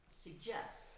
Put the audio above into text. suggests